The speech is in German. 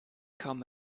kaum